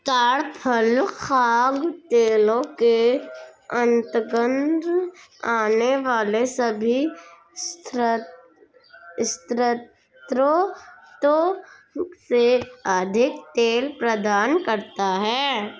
ताड़ फल खाद्य तेलों के अंतर्गत आने वाले सभी स्रोतों से अधिक तेल प्रदान करता है